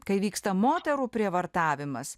kai vyksta moterų prievartavimas